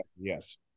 Yes